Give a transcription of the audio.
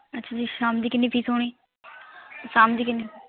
actually ਸ਼ਾਮ ਦੀ ਕਿੰਨੀ ਫ਼ੀਸ ਹੋਣੀ ਸ਼ਾਮ ਦੀ ਕਿੰਨੀ